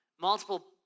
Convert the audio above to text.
multiple